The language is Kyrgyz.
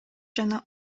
жана